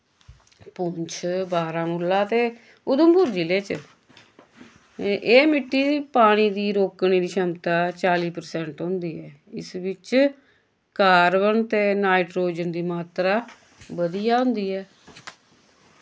पुंछ बारामुला ते उधमपुर जिले च एह् एह् मिट्टी दी पानी दी रोकने दी शमता चाली परसैंट होंदी ऐ इस विच कार्बन ते नाइट्रोजन दी मात्तरा बदिया होंदी ऐ